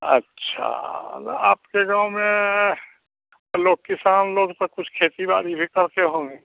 अच्छा आपके गाँव में लोग किसान लोग सब कुछ खेती बाड़ी भी करते होंगे